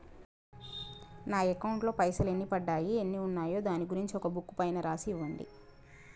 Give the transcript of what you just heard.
నా అకౌంట్ లో పైసలు ఎన్ని పడ్డాయి ఎన్ని ఉన్నాయో దాని గురించి ఒక బుక్కు పైన రాసి ఇవ్వండి?